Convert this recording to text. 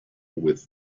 with